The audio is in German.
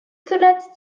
zuletzt